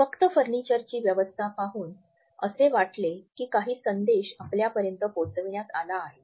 फक्त फर्निचरची व्यवस्था पाहून असे वाटले की काही संदेश आपल्यापर्यंत पोचविण्यात आला आहे